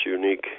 unique